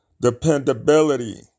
Dependability